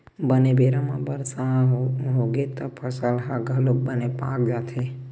बने बेरा म बरसा होगे त फसल ह घलोक बने पाक जाथे